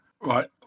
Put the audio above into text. Right